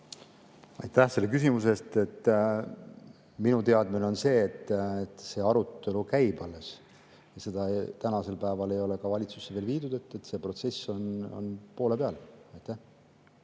Aitäh selle küsimuse eest! Minu teadmine on see, et arutelu käib alles. Seda tänasel päeval ei ole valitsusse veel toodud, protsess on poole peal. Aitäh!